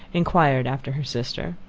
inquired after her sister.